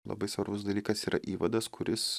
labai svarbus dalykas yra įvadas kuris